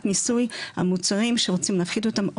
מיסוי על מוצרים שרוצים להפחית אותם,